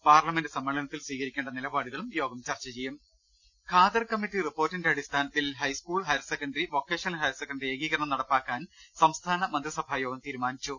parliament സമ്മേളനത്തിൽ സ്വീകരിക്കേണ്ട നിലപാടുകളും യോഗം ചർച്ച ചെയ്യും ഖാദർ കമ്മറ്റി റിപ്പോർട്ടിന്റെ അടിസ്ഥാനത്തിൽ high school higher secondary vocational higher secondary ഏകീകരണം നടപ്പാക്കാൻ സംസ്ഥാന മന്ത്രിസഭാ യോഗം തീരുമാനിച്ചു